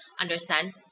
understand